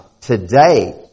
today